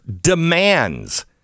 demands